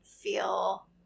feel